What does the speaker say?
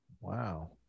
Wow